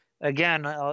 again